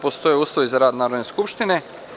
postoje uslovi za rad Narodne skupštine.